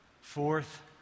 Fourth